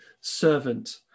servant